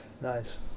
Nice